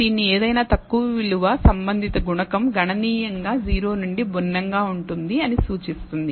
దీని ఏదైనా తక్కువ విలువ సంబంధిత గుణకం గణనీయంగా 0 నుండి భిన్నంగా ఉంటుంది అని సూచిస్తుంది